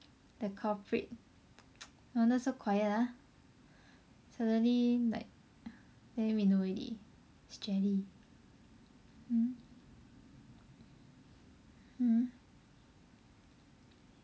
that culprit no wonder so quiet ah suddenly like then we know already it's jelly mm mm